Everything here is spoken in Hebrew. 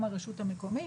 גם הרשות המקומית.